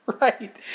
right